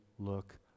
look